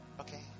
Okay